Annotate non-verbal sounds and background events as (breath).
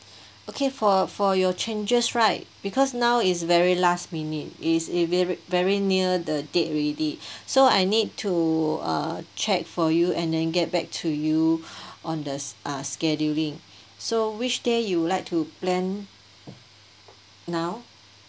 okay for for your changes right because now is very last minute is~ is very near the date already (breath) so I need to uh check for you and then get back to you (breath) on the uh scheduling so which day you would like to plan now